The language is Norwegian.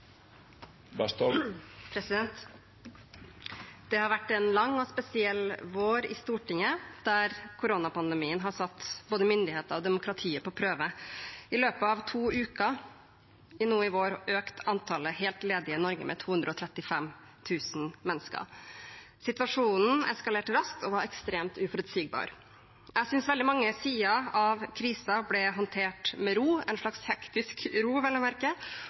Det har vært en lang og spesiell vår i Stortinget, der koronapandemien har satt både myndigheter og demokratiet på prøve. I løpet av to uker nå i vår økte antallet helt ledige i Norge med 235 000 mennesker. Situasjonen eskalerte raskt og var ekstremt uforutsigbar. Jeg synes veldig mange sider av krisen ble håndtert med ro, en slags